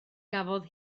gafodd